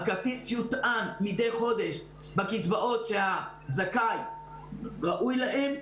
הכרטיס יוטען מידי חודש בקצבאות שהזכאי ראוי להם,